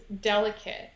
delicate